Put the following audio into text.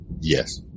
Yes